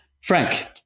Frank